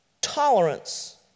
Tolerance